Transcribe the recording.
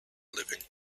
living